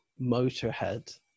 Motorhead